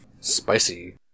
Spicy